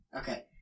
Okay